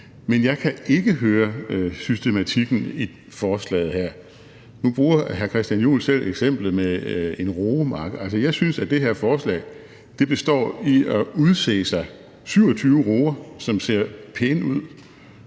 Men jeg kan ikke høre systematikken i forslaget her. Nu bruger hr. Christian Juhl selv eksemplet med en roemark. Jeg synes, at det her forslag består i at udse sig 27 roer, som ser pæne ud,